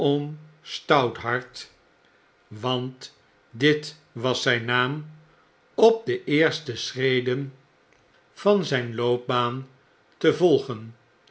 stouthart want dit was zijn naam op de eerste schreden van l negea jaar oud zgn loopbaan te volgen